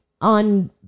on